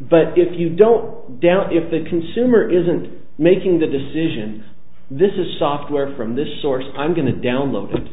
but if you don't doubt if the consumer isn't making the decision this is software from this source i'm going to download